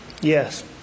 Yes